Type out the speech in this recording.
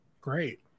Great